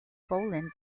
boland